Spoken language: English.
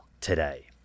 today